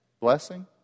Blessing